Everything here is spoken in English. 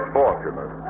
fortunate